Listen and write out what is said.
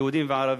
יהודים וערבים.